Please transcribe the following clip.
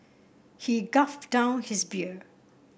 he gulped down his beer